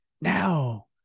Now